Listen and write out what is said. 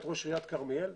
ראש עיריית כרמיאל,